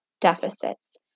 deficits